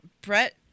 Brett